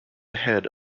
ahead